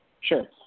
Sure